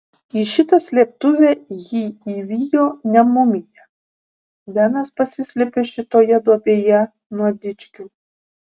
į šitą slėptuvę jį įvijo ne mumija benas pasislėpė šitoje duobėje nuo dičkių